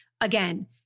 Again